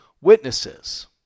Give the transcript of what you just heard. witnesses